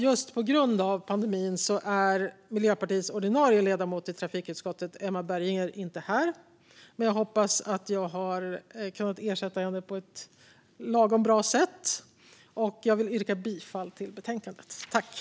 Just på grund av pandemin är Miljöpartiets ordinarie ledamot i trafikutskottet, Emma Berginger, inte här. Men jag hoppas att jag har kunnat ersätta henne på ett lagom bra sätt. Jag yrkar bifall till utskottets förslag.